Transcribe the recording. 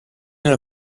alla